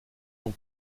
son